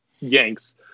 Yanks